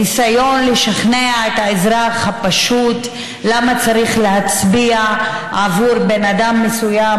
ניסיון לשכנע את האזרח הפשוט למה צריך להצביע עבור בן אדם מסוים